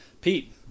Pete